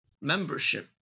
membership